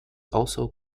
also